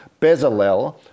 Bezalel